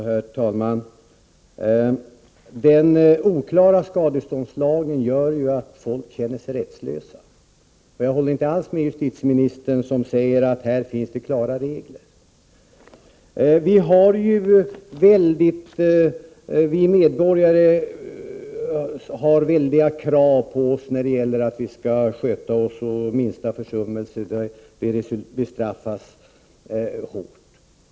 Herr talman! Den oklara skadeståndslagen gör att folk känner sig rättslösa. Jag håller inte alls med justitieministern när hon säger att här finns klara regler. Vi medborgare har ju väldigt stora krav på oss att vi skall sköta oss. Den minsta försummelse bestraffas hårt.